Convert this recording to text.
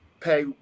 pay